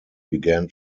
began